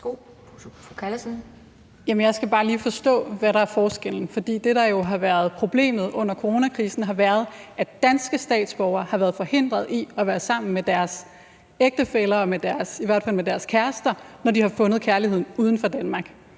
Jeg skal bare lige forstå, hvad der er forskellen. For det, der jo har været problemet under coronakrisen, er, at danske statsborgere har været forhindret i at være sammen med deres ægtefæller og i hvert fald med deres kærester, når de har fundet kærligheden uden for Danmark,